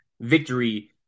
victory